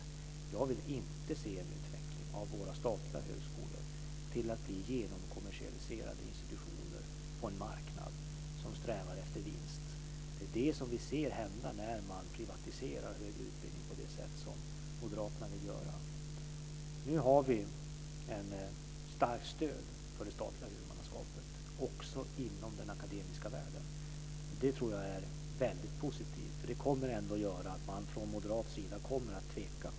Jag vill inte se en utveckling av våra statliga högskolor till att bli genomkommersialiserade institutioner på en marknad som strävar efter vinst. Det är det vi ser hända när högre utbildning privatiseras på det sätt som Moderaterna vill göra. Nu har vi ett starkt stöd för det statliga huvudmannaskapet också inom den akademiska världen. Det är positivt. Det kommer ändå att göra att man från moderat sida kommer att tveka.